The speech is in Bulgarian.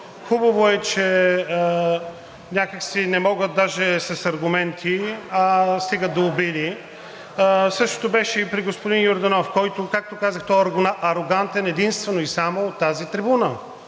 Хубаво е, че не могат даже с аргументи, а стигат до обиди. Същото беше и при господин Йорданов, който, както казах, той е арогантен единствено и само от тази трибуна.